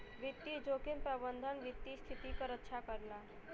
वित्तीय जोखिम प्रबंधन वित्तीय स्थिति क रक्षा करला